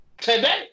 today